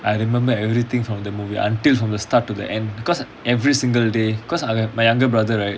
I remember everything from the movie until from the start to the end because every single day cause my younger brother right